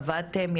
עבדתם,